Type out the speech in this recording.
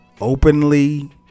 openly